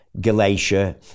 Galatia